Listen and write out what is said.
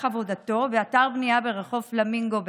עבודתו באתר בנייה ברחוב פלמינגו בעכו.